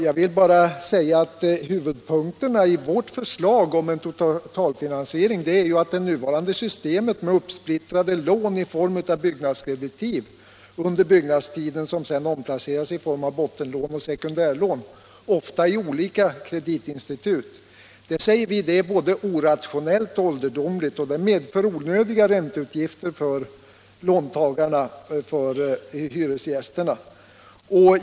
Jag vill bara säga att en av huvudpunkterna i vårt förslag om totalfinansiering är att vi säger nej till det nuvarande systemet med uppsplittrade lån i form av byggnadskreditiv under byggnadstiden som sedan omplaceras till bottenlån och sekundärlån, ofta i olika kreditinstitut. Detta är ålderdomligt och orationellt och medför onödiga ränteutgifter för låntagarna dvs. i sista hand för hyresgästerna.